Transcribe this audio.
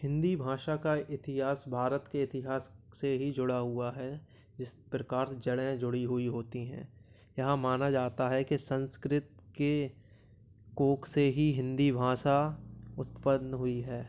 हिंदी भाषा का इतिहास भारत के इतिहास से ही जुड़ा हुआ है जिस प्रकार से जड़ें जुड़ी हुई होतीं हैं यह माना जाता है कि संस्कृत के कोख से ही हिंदी भाषा उत्पन्न हुई है